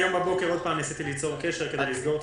הבוקר ניסיתי שוב ליצור קשר כדי לסיים את